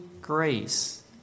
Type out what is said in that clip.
grace